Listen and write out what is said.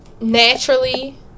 Naturally